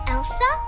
Elsa